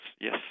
yes